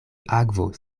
akvo